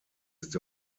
ist